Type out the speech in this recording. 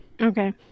Okay